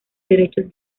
derechos